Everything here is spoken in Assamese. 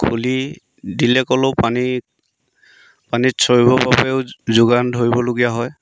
খুলি দিলে ক'লেও পানী পানীত চৰিবৰ বাবেও যোগান ধৰিবলগীয়া হয়